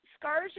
Scars